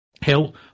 Hill